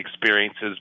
experiences